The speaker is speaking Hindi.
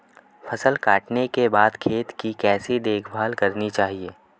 फसल काटने के बाद खेत की कैसे देखभाल करनी चाहिए?